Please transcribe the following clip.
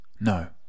No